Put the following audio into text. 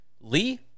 Lee